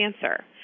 cancer